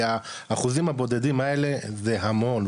כי האחוזים הבודדים האלה זה המון.